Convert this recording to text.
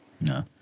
No